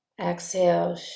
Exhale